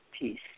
Peace